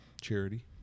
charity